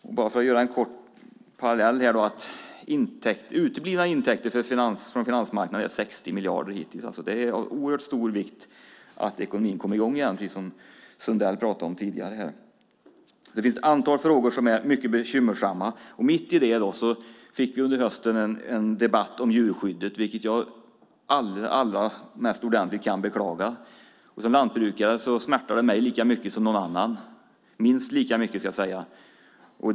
För att göra en parallell är uteblivna intäkter från finansmarknaden 60 miljarder hittills. Det är av oerhört stor vikt att ekonomin kommer i gång igen som Sundell sade tidigare här. Det finns ett antal frågor som är mycket bekymmersamma, och mitt i detta fick vi under hösten en debatt om djurskyddet vilket jag bara kan beklaga. Som lantbrukare smärtar det mig minst lika mycket som någon annan.